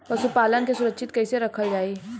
पशुपालन के सुरक्षित कैसे रखल जाई?